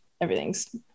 everything's